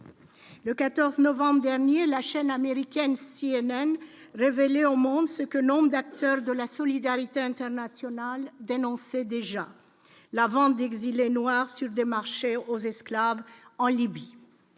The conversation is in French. Le 14 novembre dernier la chaîne américaine CNN revelée au monde ce que nombre d'acteurs de la solidarité internationale dénonçait déjà la vente d'exilés noir sur des marchés aux esclaves en Libye